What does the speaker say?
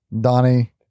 Donnie